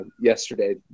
Yesterday